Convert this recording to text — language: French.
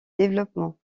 développement